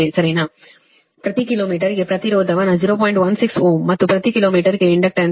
16 ohm ಮತ್ತು ಪ್ರತಿ kilo ಮೀಟರ್ಗೆ ಇಂಡಕ್ಟನ್ಗೆ 1